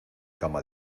cama